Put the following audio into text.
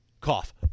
cough